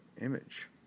image